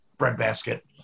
breadbasket